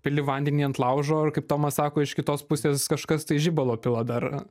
pili vandenį ant laužo ir kaip tomas sako iš kitos pusės kažkas tai žibalo pila dar